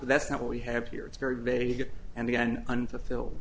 but that's not what we have here it's very vague and again unfulfilled